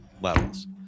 levels